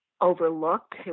overlooked